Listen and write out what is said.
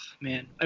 man